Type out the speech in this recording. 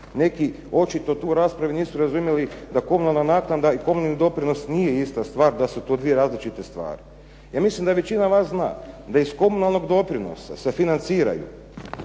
neki očito tu u raspravi nisu razumjeli da komunalna naknada i komunalni doprinos nije ista stvar, da su to dvije različite stvari. Ja mislim da većina vas zna da iz komunalnog doprinosa se financiraju